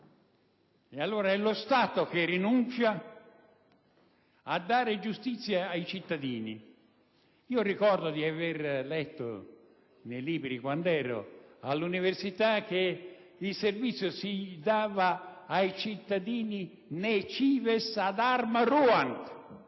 E allora è lo Stato che rinuncia a dare giustizia ai cittadini. Ricordo di aver letto nei libri, quando ero all'università, che il servizio si dava ai cittadini *ne* *cives* *ad* *arma* *ruant*.